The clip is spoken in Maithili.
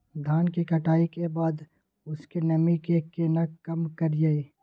धान की कटाई के बाद उसके नमी के केना कम करियै?